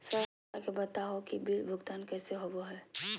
Sir हमरा के बता हो कि बिल भुगतान कैसे होबो है?